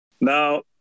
Now